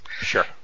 Sure